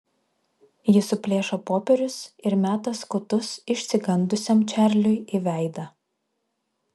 ji suplėšo popierius ir meta skutus išsigandusiam čarliui į veidą